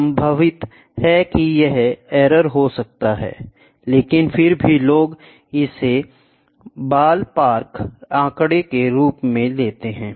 संभावित है यहां एरर हो सकते हैं लेकिन फिर भी लोग इसे बॉलपार्क आंकड़ा के लिए करते हैं